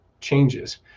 changes